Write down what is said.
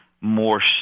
More